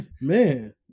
man